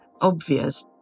obvious